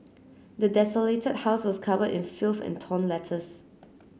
the desolated house was covered in filth and torn letters